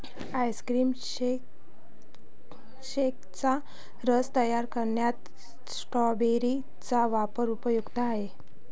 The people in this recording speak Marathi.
आईस्क्रीम शेकचा रस तयार करण्यात स्ट्रॉबेरी चा वापर उपयुक्त आहे